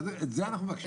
את זה אנחנו מבקשים.